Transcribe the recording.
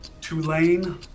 Tulane